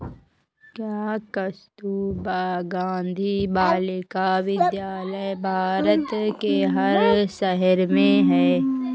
क्या कस्तूरबा गांधी बालिका विद्यालय भारत के हर शहर में है?